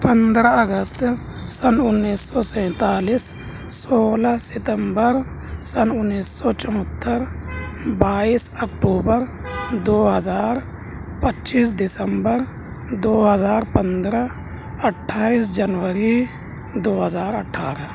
پندر اگست سن انیس سو سینتالیس سولہ ستمبر سن انیس سو چوہتر بائیس اکٹوبر دو ہزار پچیس دسمبر دو ہزار پندرہ اٹھائیس جنوری دو ہزار اٹھارہ